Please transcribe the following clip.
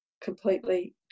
completely